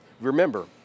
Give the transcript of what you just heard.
Remember